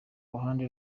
ruhande